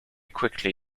quickly